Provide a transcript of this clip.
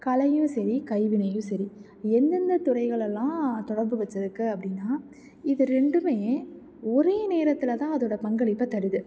கலையும் சரி கைவினையும் சரி எந்தெந்த துறைகளெல்லாம் தொடர்பு வெச்சுருக்கு அப்படின்னா இது ரெண்டுமே ஒரே நேரத்தில் தான் அதோடய பங்களிப்பை தருது